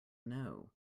know